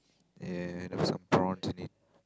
and have some prawns in it